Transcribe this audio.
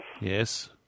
Yes